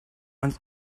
ans